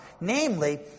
Namely